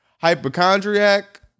hypochondriac